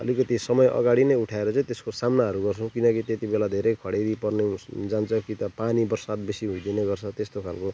अलिकति समय अगाडि नै उठाएर चाहिँ त्यस्को सामनाहरू गर्छौँ किनकि त्यतिबेला धेरै खडेरी पर्ने हुन् जान्छ कि त पानी बर्षात बेसी भइदिने गर्छ त्यस्तो खालको